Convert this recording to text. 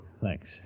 Thanks